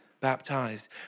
baptized